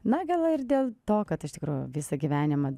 na gal ir dėl to kad iš tikrųjų visą gyvenimą